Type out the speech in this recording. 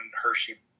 Hershey